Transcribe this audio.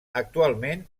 actualment